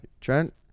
Trent